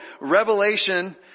Revelation